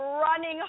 running